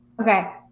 okay